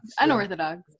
Unorthodox